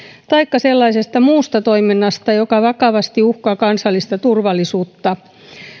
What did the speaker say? taikka sellaisesta muusta toiminnasta joka vakavasti uhkaa kansallista turvallisuutta